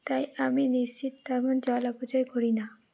তাই আমি নিশ্চিত তেমন জল অপচয় করি না